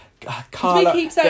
Carla